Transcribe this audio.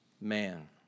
man